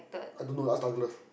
I don't know ask Douglas